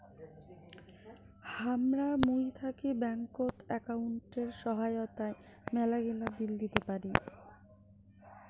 হামরা মুই থাকি ব্যাঙ্কত একাউন্টের সহায়তায় মেলাগিলা বিল দিতে পারি